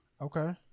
okay